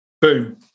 boom